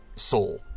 soul